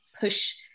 push